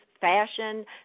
fashion